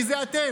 כי זה אתם.